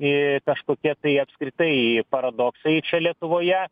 į kažkokie tai apskritai paradoksai čia lietuvoje